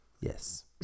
Yes